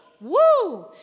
Woo